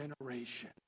generation